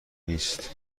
نیست